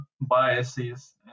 biases